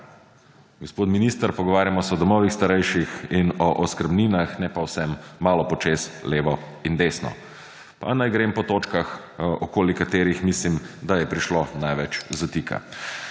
Gospod minister, pogovarjamo se o domovih starejših in o oskrbninah, ne pa o vsem, malo po čez, levo in desno. Pa naj grem po točkah okoli katerih mislim, da je prišlo največ zatika.